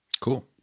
Cool